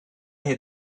had